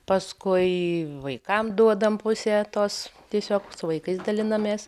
paskui vaikam duodam pusė tos tiesiog su vaikais dalinamės